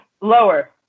Lower